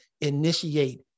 initiate